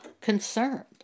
concerned